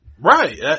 Right